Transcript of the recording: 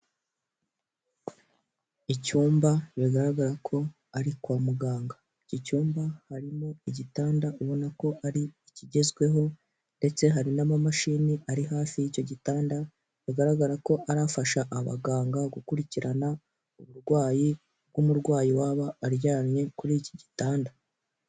Icyumba bigaragara ko ari kwa muganga, iki cyumba harimo igitanda ubona ko ari ikigezweho ndetse hari n'amamashini ari hafi y'icyo gitanda bigaragara ko ari fasha abaganga gukurikirana uburwayi bw'umurwayi waba aryamye kuri iki gitanda.